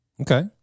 Okay